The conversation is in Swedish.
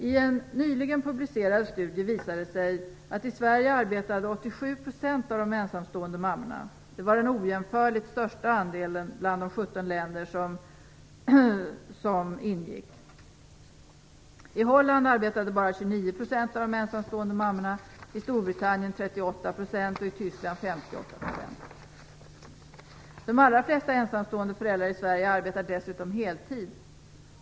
I en nyligen publicerad studie visade det sig att 87 % av de ensamstående mammorna i Sverige arbetade. Det var den ojämförligt största andelen bland de 17 länder som ingick. I Holland arbetade bara 29 % De allra flesta ensamstående föräldrar i Sverige arbetar dessutom heltid.